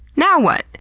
now what?